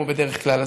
כמו בדרך כלל.